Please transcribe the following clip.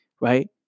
right